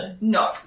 No